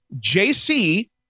JC